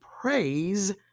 praise